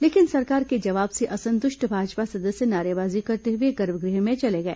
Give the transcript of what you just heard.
लेकिन सरकार के जवाब से असंतृष्ट भाजपा सदस्य नारेबाजी करते हुए गर्भगृह में चले गए